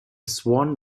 swan